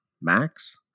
max